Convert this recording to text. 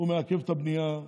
הוא מעכב את הבנייה,